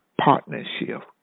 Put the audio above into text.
partnership